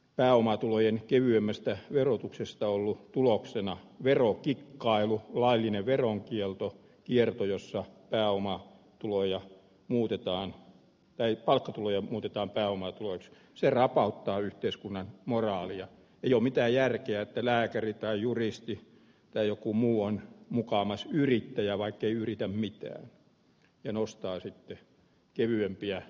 pääomatulojen kevyemmästä verotuksesta ollut tuloksena verokikkailu laillinen veronkierto kierto jossa pääomaa tuloja muutetaan nelipalkkatuloja muutetaan pääomatuloiksi se rapauttaa yhteiskunnan moraalia jo mitä jälkiä lääkäri tai juristi ja joku muu on mukamas yrittäjä vaikkei yritä mitään ja nostaisi kevyempiä